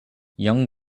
young